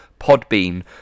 Podbean